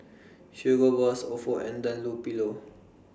Hugo Boss Ofo and Dunlopillo